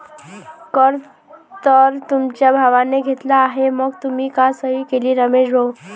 कर तर तुमच्या भावाने घेतला आहे मग तुम्ही का सही केली रमेश भाऊ?